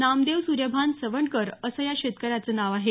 नामदेव सूर्यभान सवंडकर असं या शेतकऱ्याचं नाव आहे